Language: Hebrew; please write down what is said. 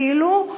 כאילו,